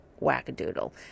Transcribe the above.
whackadoodle